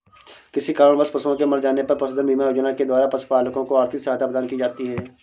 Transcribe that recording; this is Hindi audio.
किसी कारणवश पशुओं के मर जाने पर पशुधन बीमा योजना के द्वारा पशुपालकों को आर्थिक सहायता प्रदान की जाती है